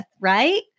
right